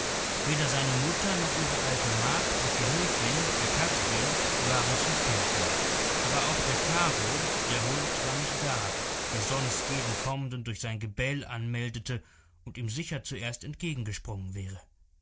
weder seine mutter noch ihre alte magd und gehilfin die kathrin waren zu finden aber auch der karo der hund war nicht da der sonst jeden kommenden durch sein gebell anmeldete und ihm sicher zuerst entgegengesprungen wäre